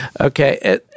Okay